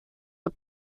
are